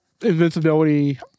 invincibility